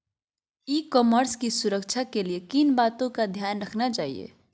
ई commerce की सुरक्षा के लिए किन बातों का ध्यान रखना चाहिए?